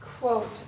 quote